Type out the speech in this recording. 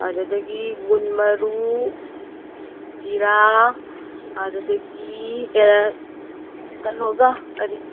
ꯑꯗꯨꯗꯒꯤ ꯒꯨꯟ ꯃꯔꯨ ꯖꯤꯔꯥ ꯑꯗꯨꯗꯒꯤ ꯀꯩꯅꯣꯒ ꯀꯔꯤ